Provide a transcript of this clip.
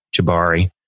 Jabari